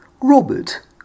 Robert